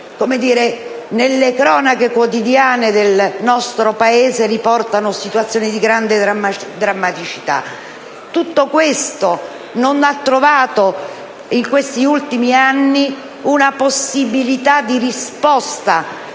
nelle cronache quotidiane del nostro Paese situazioni di grande drammaticità. Tutto ciò non ha trovato in questi ultimi anni una risposta